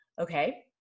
okay